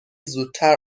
زودتر